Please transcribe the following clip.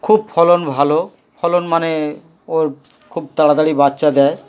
খুব ফলন ভালো ফলন মানে ওর খুব তাড়াতাড়ি বাচ্চা দেয়